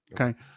Okay